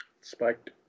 Spiked